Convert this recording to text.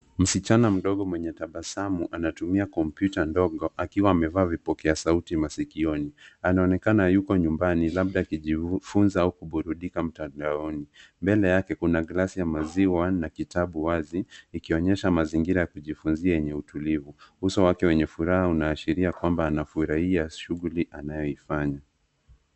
Msichana mdogo mwenye tabasamu anatumia kompyuta ndogo akiwa amevaa vipokea sauti masikioni. Anaonekana yuko nyumbani labda akijifunza au kuburundika mtandaoni. Mbele yake kuna glass ya maziwa na kitabu wazi ikionyesha mazingira ya kujifunzia yenye utulivu. Uso wake wenye furaha unaashiria kwamba anafurahia shughuli anayoifanya.